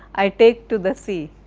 i take to the sea.